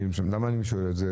למה אני שואל את זה?